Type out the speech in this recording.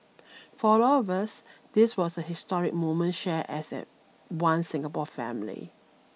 for all of us this was a historic moment shared as at one Singapore family